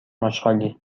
آشغالی